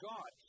God